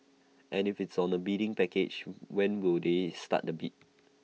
and if it's on A bidding package when will they start the bid